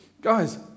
guys